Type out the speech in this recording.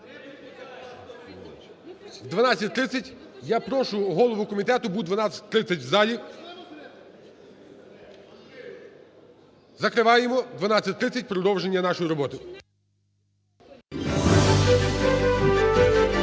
О 12:30, я прошу голову комітету бути о 12:30 в залі. Закриваємо. О 12:30 – продовження нашої роботи. Я